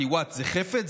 כי What זה חפץ.